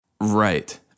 Right